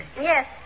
Yes